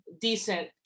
decent